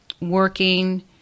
working